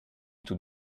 tout